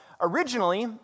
Originally